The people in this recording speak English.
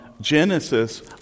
Genesis